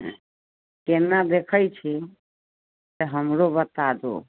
केना देखैत छी से हमरो बता दू